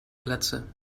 glatze